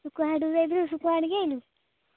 ଶୁଖୁଆ ହାଟକୁ ଯାଇଥିଲୁ ଶୁଖୁଆ ଆଣିକି ଆସିଲୁ